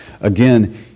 Again